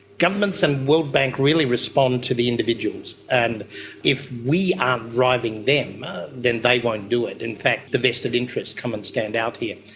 governments and the world bank really respond to the individuals, and if we aren't driving them then they won't do it. in fact the vested interests come and stand out here.